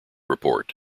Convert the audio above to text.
report